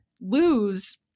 lose